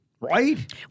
right